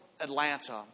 Atlanta